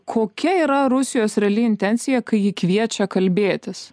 kokia yra rusijos reali intencija kai ji kviečia kalbėtis